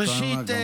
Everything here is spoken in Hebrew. ראשית,